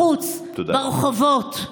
בחוץ, ברחובות.